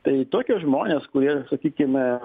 tai tokie žmonės kurie sakykime